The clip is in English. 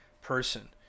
person